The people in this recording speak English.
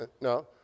no